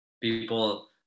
people